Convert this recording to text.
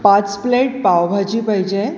पाच प्लेट पावभाजी पाहिजे आहे